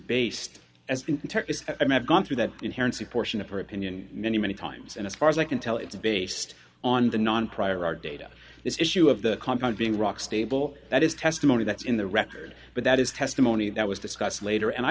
been i may have gone through that inherently portion of her opinion many many times and as far as i can tell it's based on the non prior data this issue of the compound being rock stable that is testimony that's in the record but that is testimony that was discussed later and i